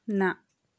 ना